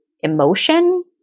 emotion